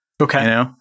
Okay